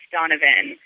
Donovan